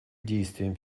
действиям